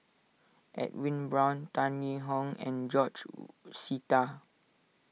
Edwin Brown Tan Yee Hong and George Sita